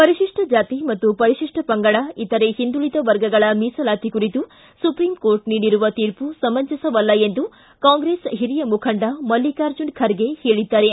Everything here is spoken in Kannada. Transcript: ಪರಿಶಿಷ್ಟ ಜಾತಿ ಹಾಗೂ ಪರಿಶಿಷ್ಟ ಪಂಗಡ ಇತರೆ ಹಿಂದುಳಿದ ವರ್ಗಗಳ ಮೀಸಲಾತಿ ಕುರಿತು ಸುಪ್ರೀಂಕೋರ್ಟ್ ನೀಡಿರುವ ತೀರ್ಮ ಸಮಂಜಸವಲ್ಲ ಎಂದು ಕಾಂಗ್ರೆಸ್ ಹಿರಿಯ ಮುಖಂಡ ಮಲ್ಲಿಕಾರ್ಜುನ ಖರ್ಗೆ ತಿಳಿಸಿದ್ದಾರೆ